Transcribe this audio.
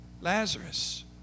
Lazarus